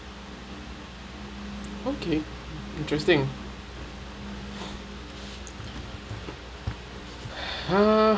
okay interesting ah